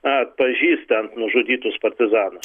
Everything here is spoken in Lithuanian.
atpažįstant nužudytus partizanus